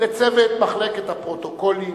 לצוות מחלקת הפרוטוקולים,